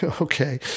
Okay